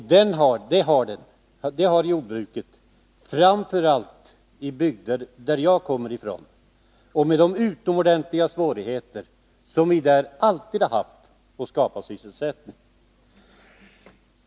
Det gäller framför allt i de bygder jag kommer ifrån, där vi alltid har haft utomordentliga svårigheter att skapa sysselsättning.